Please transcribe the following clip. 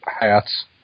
hats